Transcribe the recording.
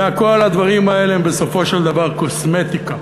וכל הדברים האלה הם בסופו של דבר קוסמטיקה.